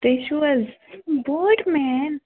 تُہۍ چھِو حظ بوٹ مین